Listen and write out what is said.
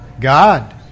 God